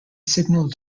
signaled